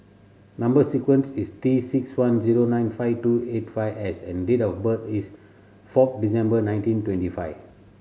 number sequence is T six one zero nine five two eight five S and date of birth is four December nineteen twenty five